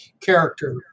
Character